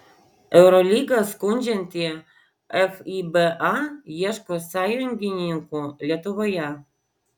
eurolygą skundžianti fiba ieško sąjungininkų lietuvoje